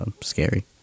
Scary